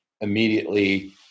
immediately